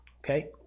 okay